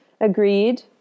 Agreed